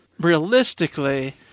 Realistically